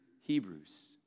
Hebrews